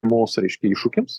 mos reiškia iššūkiams